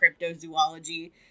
cryptozoology